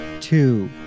two